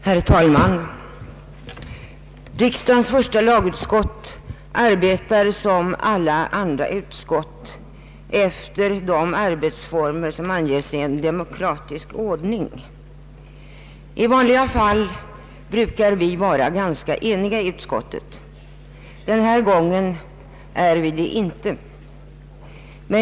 Herr talman! Riksdagens första lagutskott arbetar som alla andra utskott efter de arbetsformer som anges i principerna för en demokrati. I vanliga fall brukar vi vara ganska eniga i utskottet. Den här gången är vi det inte.